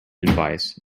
advice